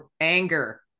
anger